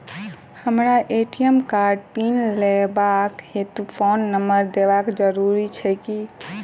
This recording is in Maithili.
हमरा ए.टी.एम कार्डक पिन लेबाक हेतु फोन नम्बर देबाक जरूरी छै की?